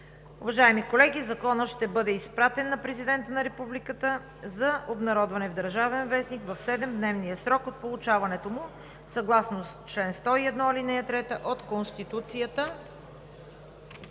Уважаеми колеги, Законът ще бъде изпратен на Президента на Републиката за обнародване в „Държавен вестник“ в 7-дневен срок от получаването му съгласно чл. 101, ал. 3 от Конституцията.